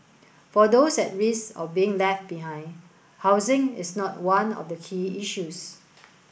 for those at risk of being left behind housing is not one of the key issues